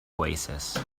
oasis